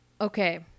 okay